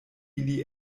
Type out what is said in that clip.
ili